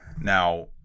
Now